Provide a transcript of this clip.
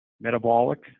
metabolic